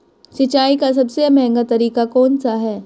सिंचाई का सबसे महंगा तरीका कौन सा है?